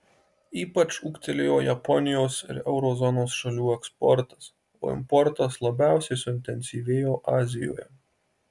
ypač ūgtelėjo japonijos ir euro zonos šalių eksportas o importas labiausiai suintensyvėjo azijoje